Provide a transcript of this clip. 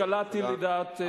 אז קלעתי לדעת חכמים.